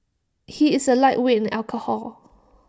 he is A lightweight in alcohol